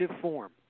form